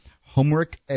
homework